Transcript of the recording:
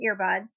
earbuds